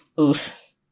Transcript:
oof